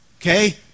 Okay